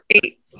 great